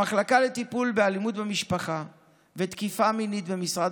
המחלקה לטיפול באלימות במשפחה ותקיפה מינית במשרד